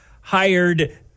hired